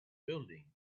building